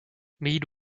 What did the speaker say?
meade